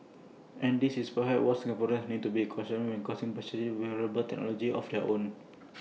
and this is perhaps what Singaporeans need to be cautious of purchasing A wearable technology of their own